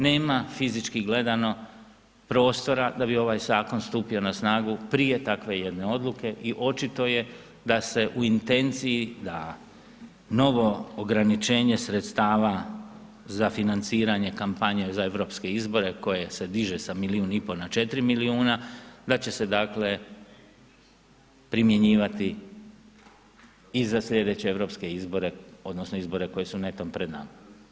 Nema fizički gledano, prostora, da bi ovaj zakon stupio na snagu prije takve jedne odluke i očito je da se u intenciji, da novo ograničenje sredstava za financiranje kampanje, za europske izbore, koje se diže sa milijun i pol, na 4 milijuna, da će dakle, primjenjivati i za sljedeće europske izbore, odnosno, izbore koji su netom pred nama.